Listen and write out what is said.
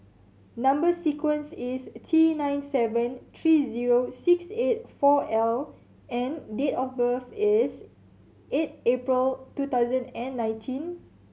number sequence is T nine seven three zero six eight four L and date of birth is eight April two thousand and nineteen